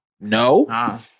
No